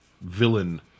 villain